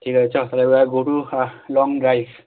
ঠিক আছে চল তাহলে লং ড্রাইভ